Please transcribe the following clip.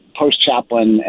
post-chaplain